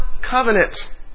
covenant